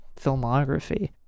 filmography